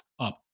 up